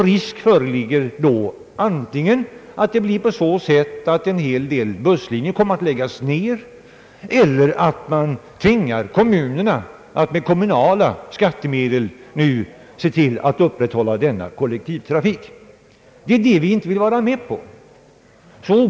Risk föreligger då antingen att en hel del busslinjer läggs ned eller att man tvingar kommunerna att med kommunala skattemedel se till att denna kollektivtrafik upprätthålles. Det är det vi inte vill vara med om.